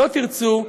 לא תרצו,